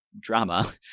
drama